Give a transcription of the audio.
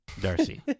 Darcy